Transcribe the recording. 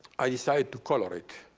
i decided to color it.